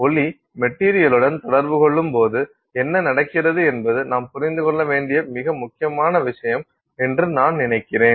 ஒளி மெட்டீரியலுடன் தொடர்பு கொள்ளும்போது என்ன நடக்கிறது என்பது நாம் புரிந்து கொள்ள வேண்டிய மிக முக்கியமான விஷயம் என்று நான் நினைக்கிறேன்